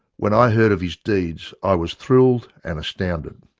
when i heard of his deeds i was thrilled and astounded.